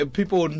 people